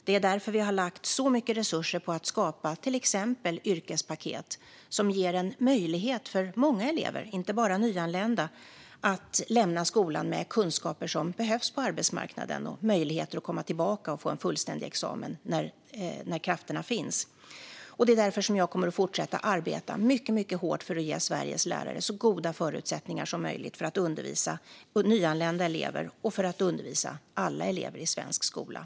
Det är därför vi har lagt så mycket resurser på att skapa till exempel yrkespaket som ger många elever, inte bara nyanlända, möjlighet att lämna skolan med kunskaper som behövs på arbetsmarknaden - och möjlighet att komma tillbaka för att få en fullständig examen när krafterna finns. Jag kommer att fortsätta arbeta mycket hårt för att ge Sveriges lärare så goda förutsättningar som möjligt att undervisa nyanlända och alla andra elever i svensk skola.